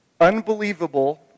unbelievable